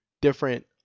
Different